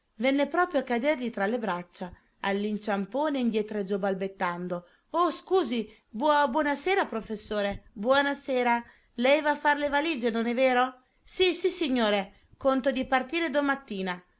venne proprio a cadergli tra le braccia all'inciampone indietreggiò balbettando oh scusi buo buona sera professore buona sera lei va a far le valige non è vero sì sissignore conto di partire domattina